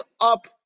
up